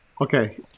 Okay